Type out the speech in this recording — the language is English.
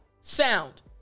sound